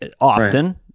often